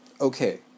Okay